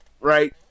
right